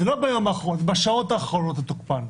זה לא ביום האחרון, בשעות האחרונות לתוקפן.